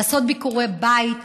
לעשות ביקורי בית,